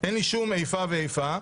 אין לי שום איפה ואיפה.